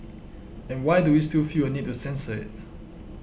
and why do we still feel a need to censor it